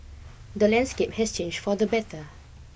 the landscape has changed for the better